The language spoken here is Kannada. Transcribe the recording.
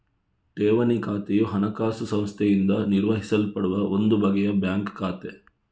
ಠೇವಣಿ ಖಾತೆಯು ಹಣಕಾಸು ಸಂಸ್ಥೆಯಿಂದ ನಿರ್ವಹಿಸಲ್ಪಡುವ ಒಂದು ಬಗೆಯ ಬ್ಯಾಂಕ್ ಖಾತೆ